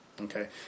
Okay